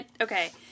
Okay